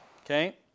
Okay